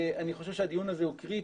אני חושב שהדיון הזה הוא קריטי,